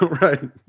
Right